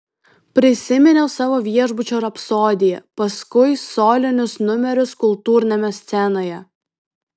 prisiminiau savo viešbučio rapsodiją paskui solinius numerius kultūrnamio scenoje